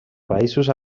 països